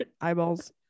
Eyeballs